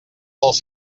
dels